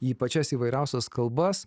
į pačias įvairiausias kalbas